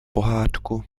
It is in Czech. pohádku